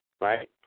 right